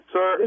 Sir